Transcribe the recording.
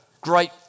great